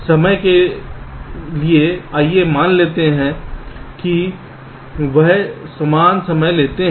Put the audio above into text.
समय के लिए आइए मान लेते हैं कि वह समान समय लेते हैं